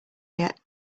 yet